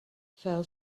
fell